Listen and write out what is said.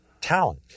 talent